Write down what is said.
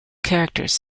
characters